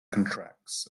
contracts